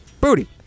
booty